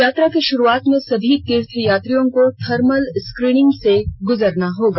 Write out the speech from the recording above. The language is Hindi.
यात्रा के शुरूआत में सभी तीर्थ यात्रियों को थर्मल स्क्रीनिंग से गुजरना होगा